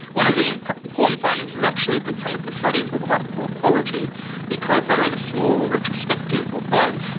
one of the important findings was actually that some of the studies were quite poor quality because they were either small or retrospective or but